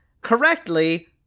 correctly